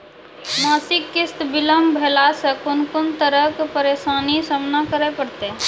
मासिक किस्त बिलम्ब भेलासॅ कून कून तरहक परेशानीक सामना करे परतै?